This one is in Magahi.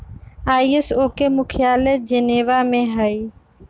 आई.एस.ओ के मुख्यालय जेनेवा में हइ